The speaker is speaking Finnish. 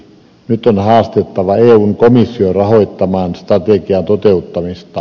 nyt on haastettava eun komissio rahoittamaan strategian toteuttamista